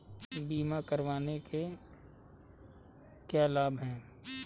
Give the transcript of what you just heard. बीमा करवाने के क्या क्या लाभ हैं?